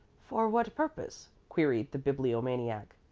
for what purpose? queried the bibliomaniac.